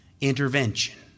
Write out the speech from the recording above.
intervention